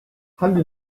ħalli